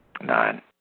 Nine